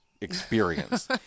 experience